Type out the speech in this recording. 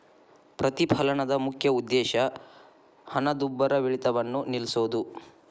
ಪ್ರತಿಫಲನದ ಮುಖ್ಯ ಉದ್ದೇಶ ಹಣದುಬ್ಬರವಿಳಿತವನ್ನ ನಿಲ್ಸೋದು